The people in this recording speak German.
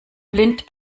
blind